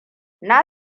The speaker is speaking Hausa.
na